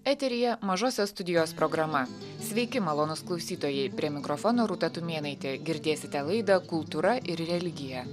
eteryje mažosios studijos programa sveiki malonūs klausytojai prie mikrofono rūta tumėnaitė girdėsite laidą kultūra ir religija